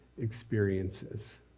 experiences